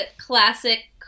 classic